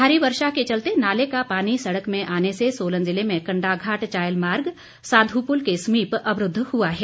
भारी वर्षा के चलते नाले का पानी सड़क में आने से सोलन जिले में कण्डाघाट चायल मार्ग साधुपुल के समीप अवरूद्व हुआ है